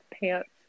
Pants